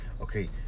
Okay